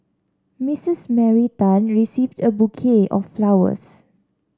Mistress Mary Tan receiving a bouquet of flowers